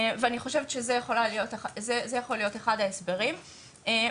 ואני חושבת שזה יכול להיות אחד ההסברים ויכול